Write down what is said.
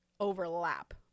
overlap